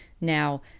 now